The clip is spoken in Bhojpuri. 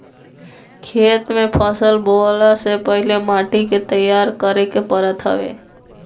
खेत में फसल बोअला से पहिले माटी के तईयार करे के पड़त हवे